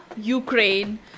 Ukraine